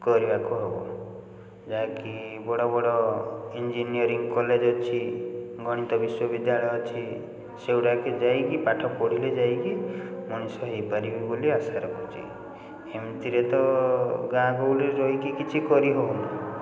କରିବାକୁ ହେବ ଯାହାକି ବଡ଼ ବଡ଼ ଇଞ୍ଜିନିୟରିଙ୍ଗ କଲେଜ ଅଛି ଗଣିତ ବିଶ୍ୱବିଦ୍ୟାଳୟ ଅଛି ସେଗୁଡ଼ାକୁ ଯାଇକି ପାଠ ପଢ଼ିଲେ ଯାଇକି ମଣିଷ ହେଇପାରିବ ବୋଲି ଆଶା ରଖୁଛି ଏମିତିରେ ତ ଗାଁ ଗହଳିରେ ରହିକି କିଛି କରିହେଉନି